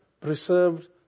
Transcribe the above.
preserved